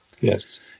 Yes